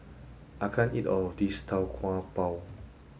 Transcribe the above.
I can't eat all of this Tau Kwa Pau